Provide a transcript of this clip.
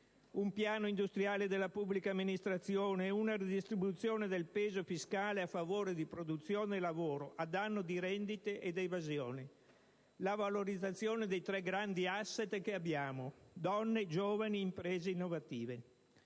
un piano industriale della pubblica amministrazione, una redistribuzione del peso fiscale a favore di produzione e lavoro, a danno di rendite ed evasioni. La valorizzazione dei tre grandi *asset* che abbiamo: donne, giovani, imprese innovative.